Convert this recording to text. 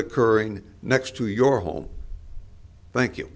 occurring next to your home thank you